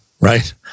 right